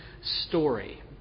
story